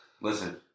Listen